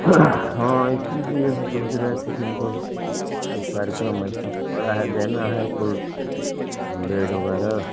हाँ इसीलिए हम सोच रहे थे कि मतलब कुछ कार्यक्रम ऐसा पड़ा है लेना है कोई बेड वगैरह